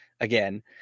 again